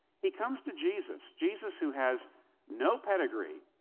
he comes to jesus. jesus who has no pedigree,